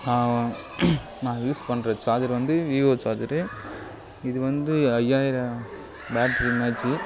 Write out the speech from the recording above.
நான் நான் யூஸ் பண்ணுற சார்ஜர் வந்து வீவோ சார்ஜரு இது வந்து ஐயாயிரம் பேட்ரி எம்ஹெச்சு